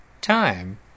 time